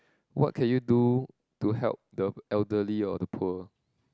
what can you do to help the elderly or the poor